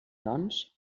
doncs